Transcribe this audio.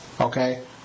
Okay